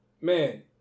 Man